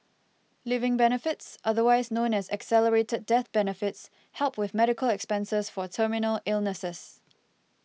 living benefits otherwise known as accelerated death benefits help with medical expenses for terminal illnesses